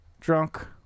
Drunk